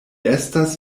estas